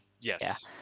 yes